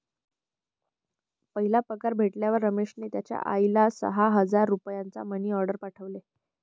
पहिला पगार भेटल्यावर रमेशने त्याचा आईला सहा हजार रुपयांचा मनी ओर्डेर पाठवले